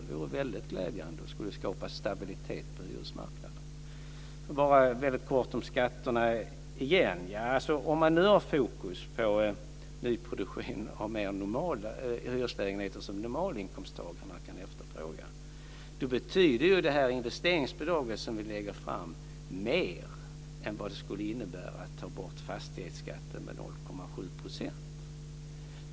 Det vore väldigt glädjande och skulle skapa stabilitet på hyresmarknaden. Jag ska kortfattat säga något om skatterna igen. Om man nu har fokus på nyproduktionen av hyreslägenheter som normalinkomsttagarna kan efterfråga, då betyder det investeringsbidrag som vi lägger fram förslag om mer än om man skulle ta bort fastighetsskatten på 0,7 %.